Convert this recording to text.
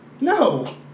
No